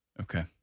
Okay